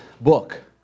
book